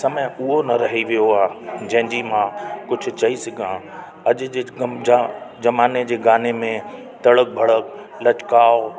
समय उहो न रही वियो आ जंहिंजी मां कुझु चई सघां अॼु जे ग़म जा ज़माने जे गाने में तड़प भड़प लचकाओ